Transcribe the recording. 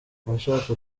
uwashaka